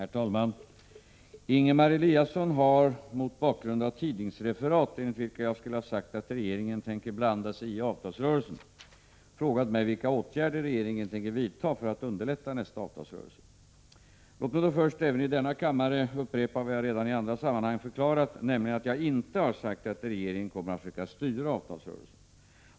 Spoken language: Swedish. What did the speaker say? Herr talman! Ingemar Eliasson har, mot bakgrund av tidningsreferat enligt vilka jag skulle sagt att regeringen tänker ”blanda sig i avtalsrörelsen”, frågat mig vilka åtgärder regeringen tänker vidta för att underlätta nästa avtalsrörelse. Låt mig då först även i denna kammare upprepa vad jag redan i andra sammanhang förklarat, nämligen att jag inte har sagt att regeringen kommer att försöka styra avtalsrörelsen.